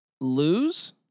lose